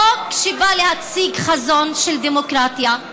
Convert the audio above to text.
חוק שבא להציג חזון של דמוקרטיה,